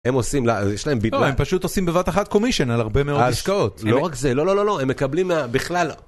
הם עושים, יש להם ביטוי, הם פשוט עושים בבת אחת קומישן על הרבה מאוד השקעות, לא רק זה, לא, לא, לא, הם מקבלים בכלל.